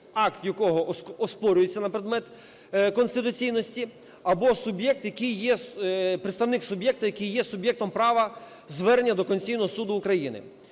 акт якого оспорюється на предмет конституційності, або суб'єкт, який є, представник суб'єкта, який є суб'єктом права звернення до Конституційного Суду України.